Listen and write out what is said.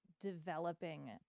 developing